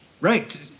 right